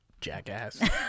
Jackass